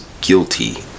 guilty